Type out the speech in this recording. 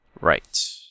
Right